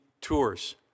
tours